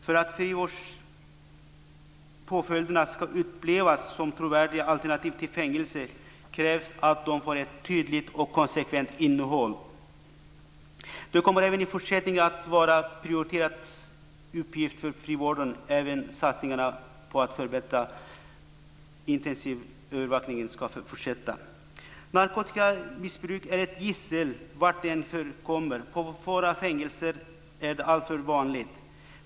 För att frivårdspåföljderna ska upplevas som trovärdiga alternativ till fängelse krävs att de får ett tydligt och konsekvent innehåll. Det kommer även i fortsättningen att vara en prioriterad uppgift för frivården. Även satsningarna på att förbättra intensivövervakningen ska fortsätta. Narkotikamissbruk är ett gissel var än det förekommer. På våra fängelser är det alltför vanligt.